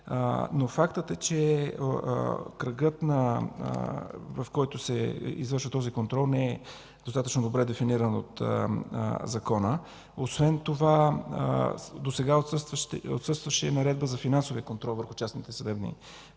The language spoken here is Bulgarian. Но фактът е, че кръгът, в който се извършва този контрол, не е достатъчно добре дефиниран от Закона. Освен това досега отсъстваше и Наредба за финансовия контрол върху частните съдебни